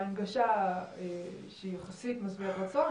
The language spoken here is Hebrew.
משפט קצרצר.